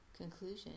conclusion